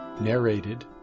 narrated